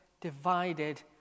divided